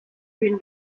been